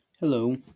Hello